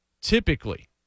Typically